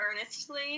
earnestly